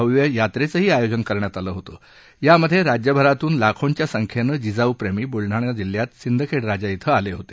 भव्य यात्रेचं आयोजन करण्यात आलं होतं यामध्ये राज्यभरातून लाखोंच्या संख्येनं जिजाऊ प्रेमी ब्लडाणा जिल्ह्यात सिंदखेड राजा इथं आले होते